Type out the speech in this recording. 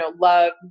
love